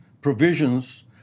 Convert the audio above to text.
provisions